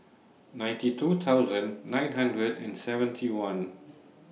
ninety two thousand nine hundred and seventy one